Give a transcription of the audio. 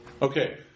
Okay